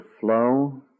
flow